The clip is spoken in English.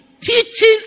teaching